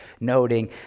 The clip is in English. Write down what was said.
noting